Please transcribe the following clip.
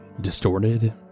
distorted